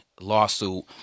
lawsuit